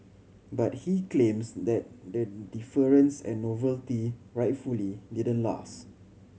but he claims that the deference and novelty rightfully didn't last